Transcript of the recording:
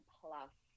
plus